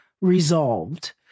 resolved